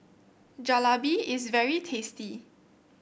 jalebi is very tasty